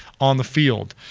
on the field,